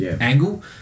angle